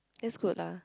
that's good lah